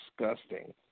disgusting